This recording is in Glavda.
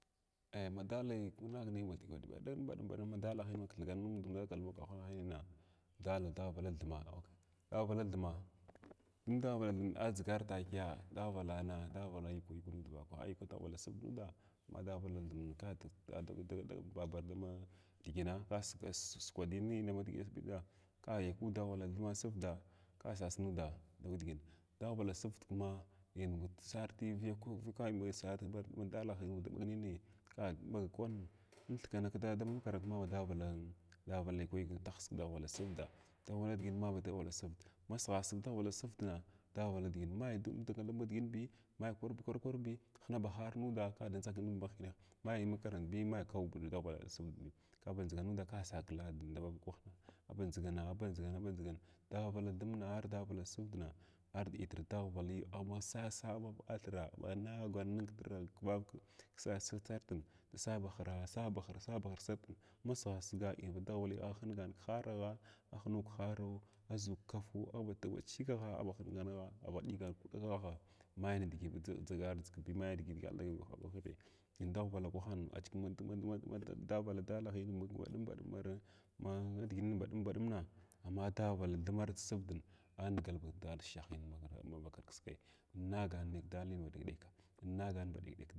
Eh madah kumag nay ba baɗum baɗum ma dalahin a kilhigna ma dagal makrahina dala davala thunsa, davala thumag mung davala thum adʒigar takiya davalana davala yukwi yig nud vakaha cyukwi daghuvala sərd nuda naɗavala thun ka da da dagal ba dumma digina suga dinan da mashbitiya ka yukwi daghavala thum ka sərda ka sas nuda dame digin daghavala sərda kuma yak afi vikwi viiga ka daghralla ma da ɓagnini ka kwan in thiknan kda makrant daghwvala viig tihs daghwvala sərda daghvala sərd ma sigha sig daghwvala sərdna nai dagal dama digininbi mai ba kwar kwar bi hina ba haar nuda kada ndʒa hine mai makrantbi mai kaubi daghvala sərdbi ka ba ndʒigan kuud ka sas lad da ma kwah abandʒiga aba ndʒigan abandʒigan daghwvala thumn ard daghwvala sərdna lti ardaghwvali ngh ma sasa ba thiras anagan nin kbathiraa ksa sartin sa ba hra saba hraa sas ba hr sartin ma srghasiga in wh daghw vali ahinga hing khaaraghs ahnu kharagha adʒu kafo agh gwua chigagha agh ba hinganagha agh ba digan kuɗaghgha mai nidigi dʒiardʒigi mai diʒi ɓagaɓagbi in daghwvala kwahin a cikin ma ama davald dalahinyin baɗum baɗunura ma diginna baɗum baɗumna amma daghwvala thwn ard sərdna anagal ba dal dhah nin mavakar kiskai innagan nai dali ma dig deh inngwai ba ɗek- ɗek.